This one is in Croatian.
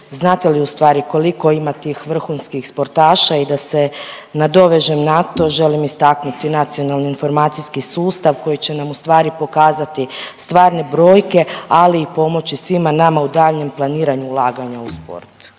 znate li ustvari koliko ima tih vrhunskih sportaša i da se nadovežem na to, želim istaknuti nacionalni informacijski sustav koji će nam ustvari pokazati stvarne brojke, ali i pomoći svima nama u daljnjem planiranju ulaganja u sport.